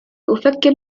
أفكر